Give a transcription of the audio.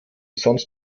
sonst